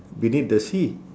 beneath the sea